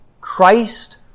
Christ